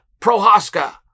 Prohaska